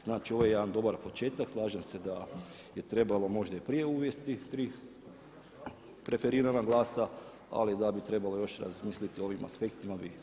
Znači ovo je jedan dobar početak, slažem se da je trebalo možda i prije uvesti tri preferirana glasa ali da bi trebalo još razmisliti o ovim aspektima bi.